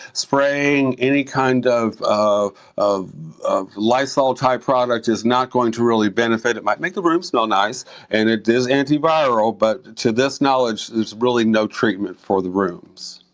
spraying any kind of of of lysol-type product is not going to really benefit. it might make the room smell nice and it is antiviral, but to this knowledge there's really no treatment for the rooms.